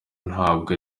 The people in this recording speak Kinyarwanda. ntabwo